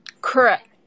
Correct